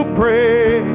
pray